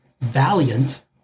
Valiant